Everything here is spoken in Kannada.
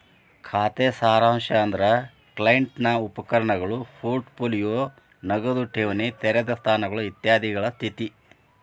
ಖಾತೆ ಸಾರಾಂಶ ಅಂದ್ರ ಕ್ಲೈಂಟ್ ನ ಉಪಕರಣಗಳು ಪೋರ್ಟ್ ಪೋಲಿಯೋ ನಗದ ಠೇವಣಿ ತೆರೆದ ಸ್ಥಾನಗಳು ಇತ್ಯಾದಿಗಳ ಸ್ಥಿತಿ